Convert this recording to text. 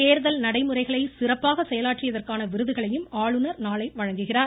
தேர்தல் நடைமுறைகளை சிறப்பாக செயலாற்றியதற்கான விருதுகளையும் ஆளுநர் நாளை வழங்குகிறார்